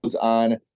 on